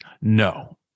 No